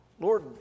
Lord